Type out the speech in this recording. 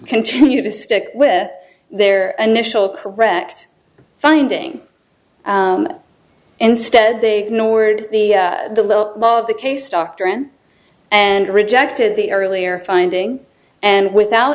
continue to stick with their initial correct finding instead they nord the the little of the case doctrine and rejected the earlier finding and without